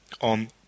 on